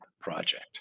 project